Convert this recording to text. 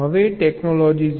હવે ટેક્નોલોજી 0